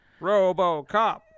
RoboCop